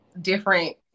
different